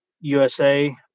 usa